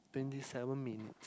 twenty seven minutes